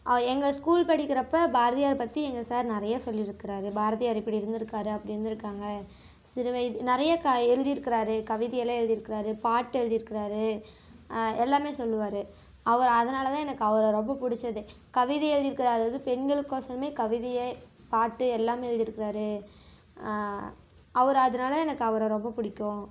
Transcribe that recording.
அவர் எங்கள் ஸ்கூல் படிக்கிறப்போ பாரதியார் பற்றி எங்கள் சார் நிறையா சொல்லிருக்குறாரு பாரதியார் இப்படி இருந்துருக்கார் அப்படி இருந்திருக்காங்க சிறு வயது நிறையா க எழுதியிருக்காரு கவிதையெல்லாம் எழுதியிருக்கார் பாட்டு எழுதியிருக்காரு எல்லாமே சொல்லுவார் அவர் அதனால தான் எனக்கு ரொம்ப பிடிச்சதே கவிதை எழுதியிருக்குறாரு அதாவது பெண்களுக்கு ஒசரமே கவிதையே பாட்டு எல்லாமே எழுதியிருக்குறார் அவரை அதனால எனக்கு அவரை ரொம்ப பிடிக்கும்